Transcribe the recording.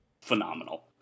phenomenal